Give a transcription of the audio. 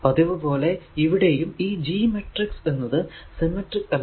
പതിവ് പോലെ ഇവിടെയും ഈ G മാട്രിക്സ് എന്നത് സിമെട്രിക് അല്ല